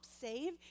save